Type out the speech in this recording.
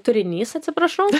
turinys atsiprašau